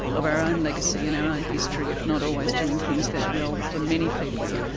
of our own legacy and our own history of not always doing things that well for many people,